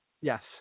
Yes